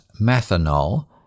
methanol